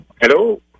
hello